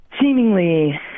seemingly